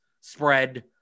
spread